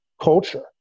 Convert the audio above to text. culture